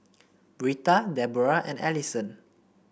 Britta Deborrah and Alison